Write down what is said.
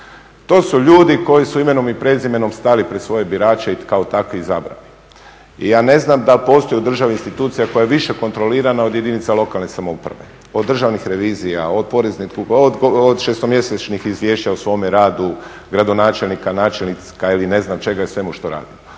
To su ljudi koji su imenom i prezimenom stali pred svoje birače i kao takvi izabrani. I ja ne znam da postoji u državi institucija koja je više kontrolirana od jedinica lokalne samouprave, od državnih revizija, od poreznika, od šestomjesečnih izvješća o svome radu gradonačelnika, načelnika ili ne znam čega i svemu što radimo.